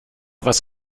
was